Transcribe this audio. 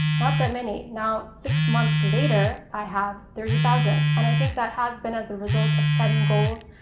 not that many. now six months later i have thirty thousand and i think that has been as a result of setting goals,